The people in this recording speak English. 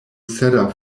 cedar